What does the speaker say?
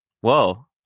whoa